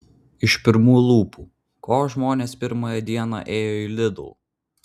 iš pirmų lūpų ko žmonės pirmąją dieną ėjo į lidl